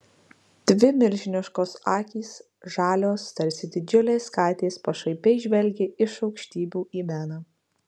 dvi milžiniškos akys žalios tarsi didžiulės katės pašaipiai žvelgė iš aukštybių į beną